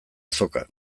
azoka